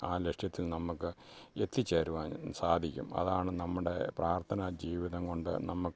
ആ ലക്ഷ്യത്തിൽ നമുക്ക് എത്തിച്ചേരുവാനും സാധിക്കും അതാണ് നമ്മുടെ പ്രാർത്ഥനാ ജീവിതം കൊണ്ടു നമുക്ക്